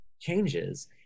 changes